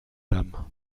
dame